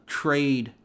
trade